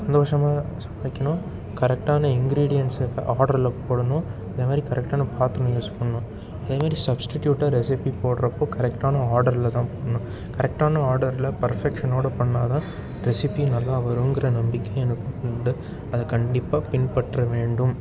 சந்தோஷமாக சமைக்கணும் கரெக்டான இன்கிரிடியன்ட்ஸை ஆர்டரில் போடணும் இந்த மாதிரி கரெக்டான பாத்திரம் யூஸ் பண்ணனும் அதே மாதிரி சப்ஸ்டிடியூட்டை ரெஸிப்பி போடுறப்போ கரெக்டான ஆர்டரில் தான் போடணும் கரெக்டான ஆர்டரில் பர்ஃபெக்ஷனோடு பண்ணா தான் ரெஸிப்பி நல்லா வருங்கிற நம்பிக்க எனக்கு உண்டு அது கண்டிப்பாக பின்பற்ற வேண்டும்